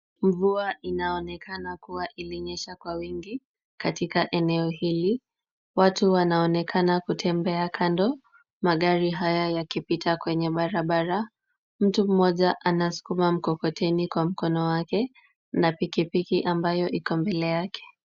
Mvua inaonekana kuwa ilinyesha kwa wingi katika eneo hili. Wote wanaonekana kutembea kando magari haya yakipita kwenye barabara, mtu mmoja anasukuma mkokoteni kwa mkono wake na pikipiki ambayo iko mbele yake.